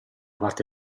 parte